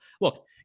look